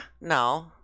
No